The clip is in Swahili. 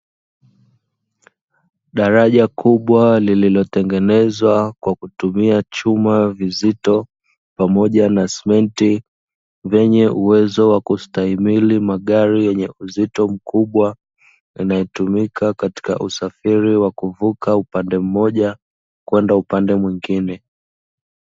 Daraja kubwa lililotengenezwa kwa kutumia chuma vizito pamoja na simenti, vyenye uwezo wa kustahimili magari yenye uzito mkubwa, yanayotumika katika usafiri wa kuvuka upande mmoja kwenda upande mwingine.